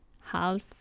half